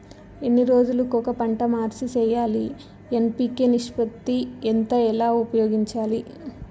ఎన్ని రోజులు కొక పంట మార్చి సేయాలి ఎన్.పి.కె నిష్పత్తి ఎంత ఎలా ఉపయోగించాలి?